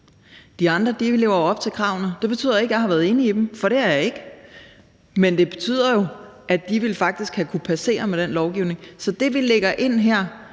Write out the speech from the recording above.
De andre lever jo op til kravene. Det betyder ikke, at jeg har været enig i dem, for det er jeg ikke. Men det betyder jo, at de faktisk ville kunne have passeret med den lovgivning. Så det, vi lægger ind her